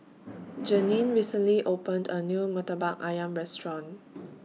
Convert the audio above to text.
Jeannine recently opened A New Murtabak Ayam Restaurant